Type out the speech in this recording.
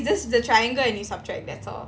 just the triangle and you subtract that's all